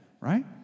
right